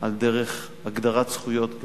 גם על דרך הגדרת זכויות,